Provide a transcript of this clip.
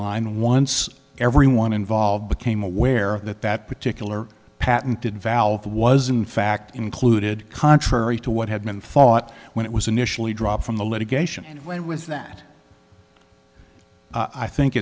line once everyone involved became aware that that particular patented valve was in fact included contrary to what had been thought when it was initially dropped from the litigation and when was that i think